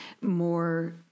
more